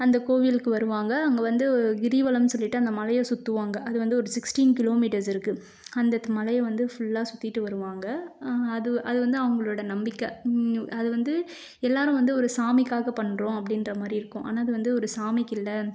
அந்த கோவிலுக்கு வருவாங்க அங்கே வந்து கிரிவலம் சொல்லிட்டு அந்த மலையை சுற்றுவாங்க அது வந்து ஒரு சிக்ஸ்ட்டீன் கிலோ மீட்டர்ஸ் இருக்குது அந்த மலையை வந்து ஃபுல்லாக சுற்றிட்டு வருவாங்க அது அது வந்து அவங்களோட நம்பிக்கை அது வந்து எல்லோரும் வந்து ஒரு சாமிக்காக பண்ணுறோம் அப்படின்ற மாதிரி இருக்கும் ஆனால் அது வந்து ஒரு சாமிக்கு இல்லை